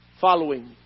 following